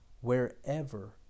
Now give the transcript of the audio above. wherever